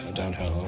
ah downtown